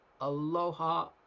aloha